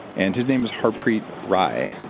and his name is harpreet rai.